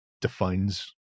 defines